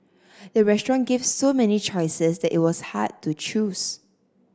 the restaurant gave so many choices that it was hard to choose